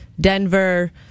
Denver